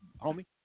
homie